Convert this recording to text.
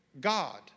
God